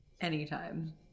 Anytime